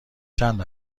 چند